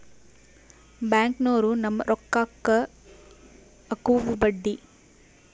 ಬ್ಯಾಂಕ್ನೋರು ನಮ್ಮ್ ರೋಕಾಕ್ಕ ಅಕುವ ಬಡ್ಡಿ